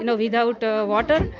and without ah water.